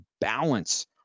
balance